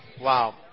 Wow